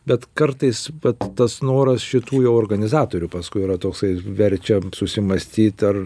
bet kartais vat tas noras šitų organizatorių paskui yra toksai verčia susimąstyt ar